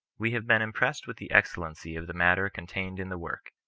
we have been impressed with the excellency of the matter contained in the work,